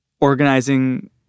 organizing